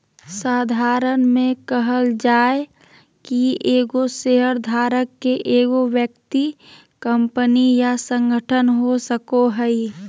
साधारण में कहल जाय कि एगो शेयरधारक के एगो व्यक्ति कंपनी या संगठन हो सको हइ